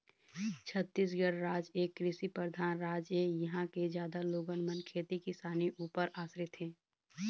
छत्तीसगढ़ राज एक कृषि परधान राज ऐ, इहाँ के जादा लोगन मन खेती किसानी ऊपर आसरित हे